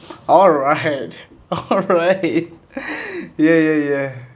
alright alright ya ya ya